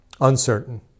uncertain